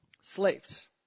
slaves